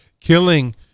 Killing